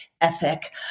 ethic